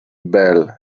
bell